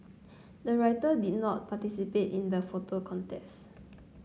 the writer did not participate in the photo contest